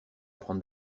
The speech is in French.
prendre